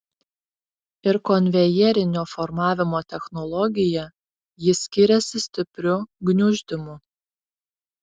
ir konvejerinio formavimo technologija ji skiriasi stipriu gniuždymu